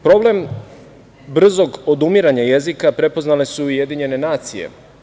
Problem brzog odumiranja jezika prepoznale su Ujedinjene nacije.